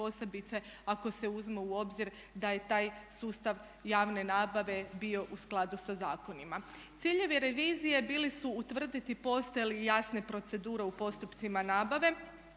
ako se uzme u obzir da je taj sustav javne nabave bio u skladu sa zakonima. Ciljevi revizije bili su utvrditi postoje li jasne procedure u postupcima nabave,